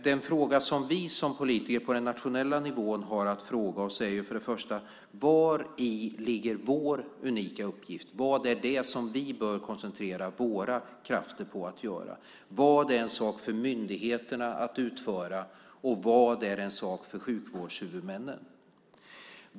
Den fråga som vi som politiker på den nationella nivån har att ställa oss är: Vari ligger vår unika uppgift? Vad är det som vi bör koncentrera våra krafter på? Vad är en sak för myndigheterna att utföra och vad är en sak för sjukvårdshuvudmännen?